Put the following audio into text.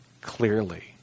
clearly